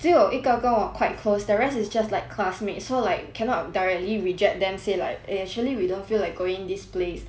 只有一个我 quite close the rest is just like classmates so like cannot directly reject them say like eh actually we don't feel like going this place